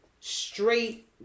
straight